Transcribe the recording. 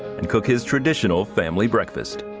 and cook his traditional family breakfast.